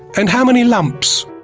and how many lumps?